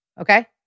Okay